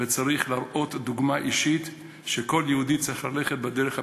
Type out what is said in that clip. וצריך להראות דוגמה אישית שכל יהודי צריך ללכת בדרך הפנימיות.